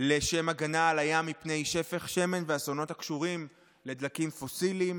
לשם הגנה על הים מפני שפך שמן ואסונות הקשורים לדלקים פוסיליים.